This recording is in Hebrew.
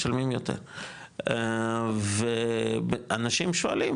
משלמים יותר ואנשים שואלים,